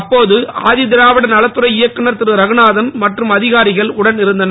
அப்போது ஆதிதிராவிடர் நலத்துறை இயக்குனர் திரு ரகுநாதன் மற்றும் அதிகாரிகள் உடன் இருந்தனர்